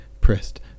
pressed